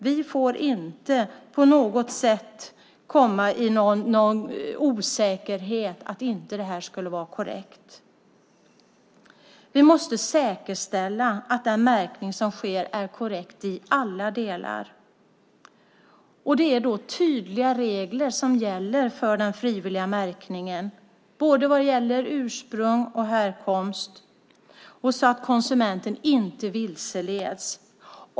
Vi får inte på något sätt komma i någon osäkerhet om huruvida det är korrekt. Vi måste säkerställa att den märkning som sker är korrekt i alla delar. Det är tydliga regler som gäller för den frivilliga märkningen vad gäller ursprung och härkomst, så att konsumenten inte vilseleds.